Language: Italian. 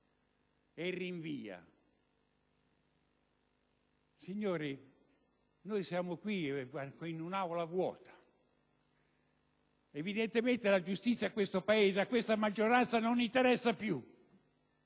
e rinvia. Signori, siamo qui in un'Aula vuota: evidentemente la giustizia a questo Paese e a questa maggioranza non interessa più,